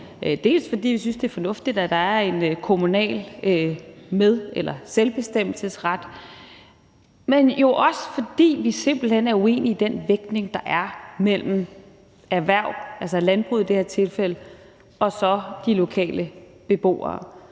kun fordi vi synes, det er fornuftigt, at der er en kommunal selvbestemmelsesret, men jo også fordi vi simpelt hen er uenige i den vægtning, der er mellem erhverv, altså landbruget i det her tilfælde, og så de lokale beboere.